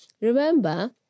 Remember